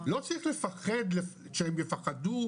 לא צריך לפחד שהם יפחדו,